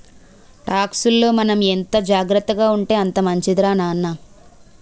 టాక్సుల్లో మనం ఎంత జాగ్రత్తగా ఉంటే అంత మంచిదిరా నాన్న